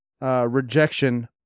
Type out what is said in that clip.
rejection